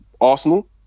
Arsenal